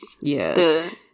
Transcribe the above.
yes